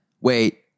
Wait